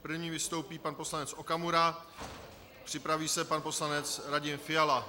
První vystoupí pan poslanec Okamura, připraví se pan poslanec Radim Fiala.